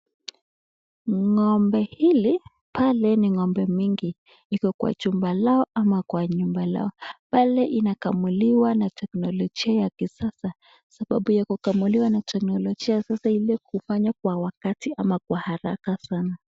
Ngombe ile pale ni ngombe mingi. Iko kwa chumba lao ama kwa nyumba lao. Pale inakamuliwa na teknilojia ya kisasa. Sababu ya teknilojia ya kisasa, ili kufanya kwa wakati ama kwa haraka sana.